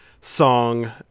song